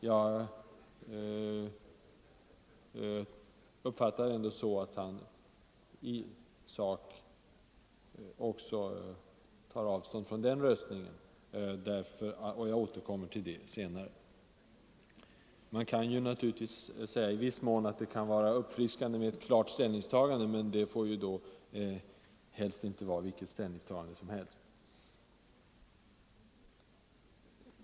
Jag uppfattade det ändå så att han tar avstånd från den röstningen. Jag åter kommer till den frågan. Man kan naturligtvis säga att det kan vara uppfriskande med ett klart ställningstagande, efter allt avstående, men det får då inte vara vilket ställningstagande som helst.